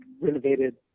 renovated